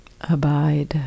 Abide